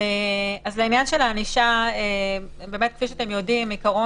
אז כפי שאתם יודעים,